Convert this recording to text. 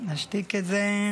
אני אשתיק את זה,